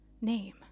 name